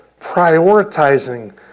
prioritizing